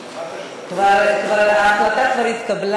מה הקשר?